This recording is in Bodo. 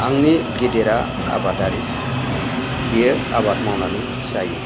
आंनि गेदेरा आबादारि बियो आबाद मावनानै जायो